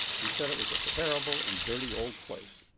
he said it was a terrible and dirty old place.